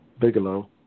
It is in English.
Bigelow